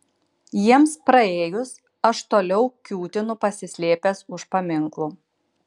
jiems praėjus aš toliau kiūtinu pasislėpęs už paminklų